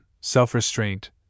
self-restraint